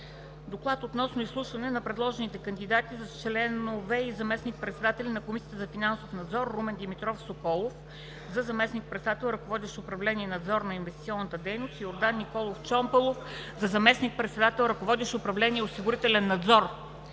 „ДОКЛАД относно изслушване на предложените кандидати за заместник-председатели на Комисията за финансов надзор: Румен Димитров Соколов за заместник-председател, ръководещ управление „Надзор на инвестиционната дейност“, и Йордан Николов Чомпалов за заместник-председател, ръководещ управление „Осигурителен надзор“